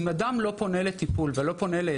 אם אדם לא פונה לקבל טיפול ועזרה,